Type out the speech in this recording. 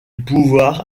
pouvoir